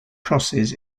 crosses